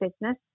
business